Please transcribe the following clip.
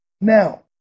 Now